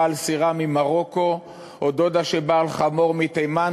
על סירה ממרוקו או דודה שבאה על חמור מתימן,